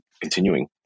continuing